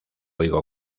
higo